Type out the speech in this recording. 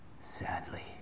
Sadly